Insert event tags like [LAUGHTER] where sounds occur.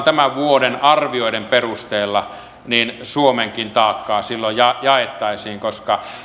[UNINTELLIGIBLE] tämän vuoden arvioiden perusteella niin suomenkin taakkaa silloin jaettaisiin koska